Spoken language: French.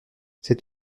c’est